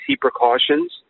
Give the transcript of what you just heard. precautions